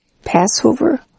Passover